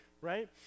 right